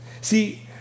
See